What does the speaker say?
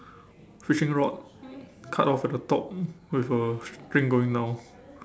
fishing rod cut off at the top with a string going down